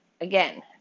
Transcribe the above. Again